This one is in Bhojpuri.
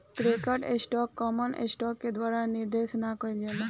प्रेफर्ड स्टॉक कॉमन स्टॉक के द्वारा निर्देशित ना कइल जाला